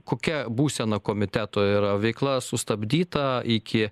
kokia būsena komiteto yra veikla sustabdyta iki